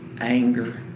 anger